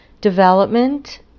development